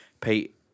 Pete